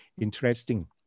interesting